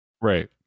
Right